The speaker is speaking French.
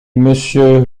monsieur